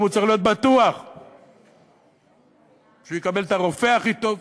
הוא צריך להיות בטוח שהוא יקבל את הרופא הכי טוב,